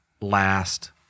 last